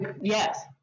yes